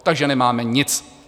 Takže nemáme nic.